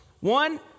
One